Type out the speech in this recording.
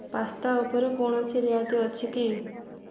pasta ଉପରେ କୌଣସି ରିହାତି ଅଛି କି